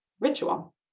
ritual